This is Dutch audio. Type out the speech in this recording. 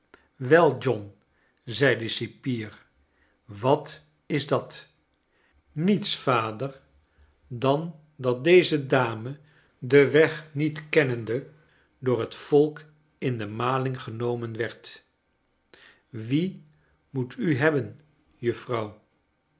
wel john zei de cipier wat is dat jniets vader dan dat deze dame den weg niet kennende door het volk in de maling genomen werd wien moet u hebben